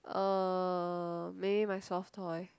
uh maybe my soft toy